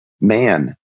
man